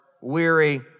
weary